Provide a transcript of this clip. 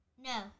No